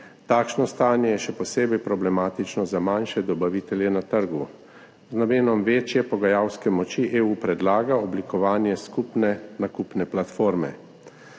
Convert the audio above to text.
Takšno stanje je še posebej problematično za manjše dobavitelje na trgu. Z namenom večje pogajalske moči EU predlaga oblikovanje skupne nakupne platforme.